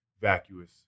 vacuous